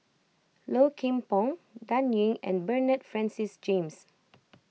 Low Kim Pong Dan Ying and Bernard Francis James